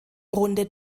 runde